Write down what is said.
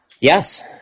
Yes